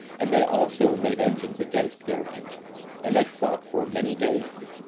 and they also made engines against their engines, and they fought for many days.